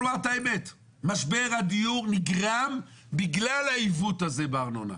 משבר הדיור נגרם בגלל העיוות הזה בארנונה.